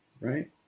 right